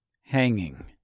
hanging